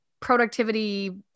Productivity